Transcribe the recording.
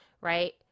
right